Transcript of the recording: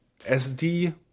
SD